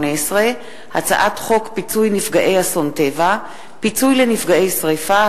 הצעת חוק להכרה במרכז הארגונים לניצולי השואה בישראל,